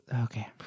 Okay